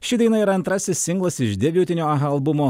ši daina ir antrasis ciklas iš debiutinio albumo